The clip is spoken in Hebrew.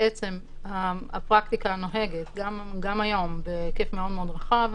בעצם הפרקטיקה הנוהגת בהיקף מאוד רחב,